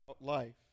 life